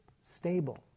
stable